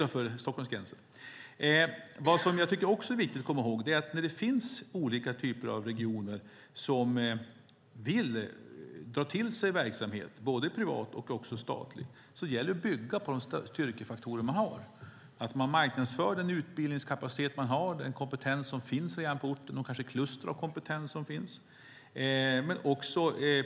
Något som jag också tycker är viktigt att komma ihåg när det finns olika typer av regioner som vill dra till sig verksamhet, både privat och statlig, är att det gäller att bygga på de styrkefaktorer man har. Man måste marknadsföra den utbildningskapacitet man har, den kompetens som redan finns på orten och de kluster av kompetens som kanske finns.